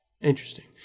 Interesting